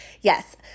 yes